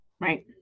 right